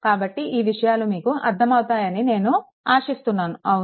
కాబట్టి ఈ విషయాలు మీకు అర్థమవుతాయని నేను ఆశిస్తున్నాను అవునా